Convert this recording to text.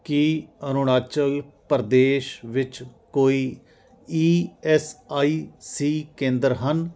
ਕੀ ਅਰੁਣਾਚਲ ਪ੍ਰਦੇਸ਼ ਵਿੱਚ ਕੋਈ E S I C ਕੇਂਦਰ ਹਨ